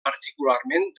particularment